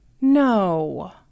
No